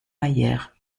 mayer